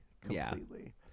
completely